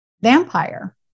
vampire